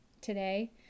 today